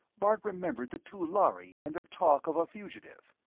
bart remembered the two lhari and their talk of a fugitive.